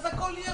אז הכול יהיה